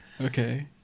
Okay